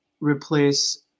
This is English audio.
replace